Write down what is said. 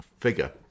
figure